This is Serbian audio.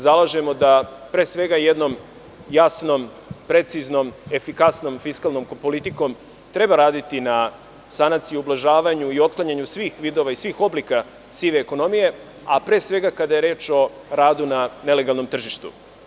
Zalažemo se da jednom jasno, precizno, efikasno fiskalnom politikom treba raditi na sanaciji, ublažavanju i otklanjanju svih vidova i svih oblika sive ekonomije, a pre svega kada je reč o radu na nelegalnom tržištu.